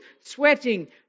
sweating